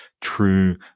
true